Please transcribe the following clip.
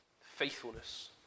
faithfulness